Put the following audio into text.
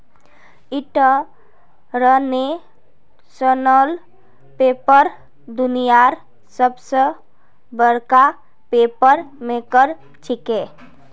international paper दुनियार सबस बडका पेपर मेकर छिके